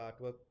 artwork